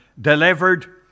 delivered